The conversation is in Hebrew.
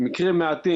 מקרים מעטים,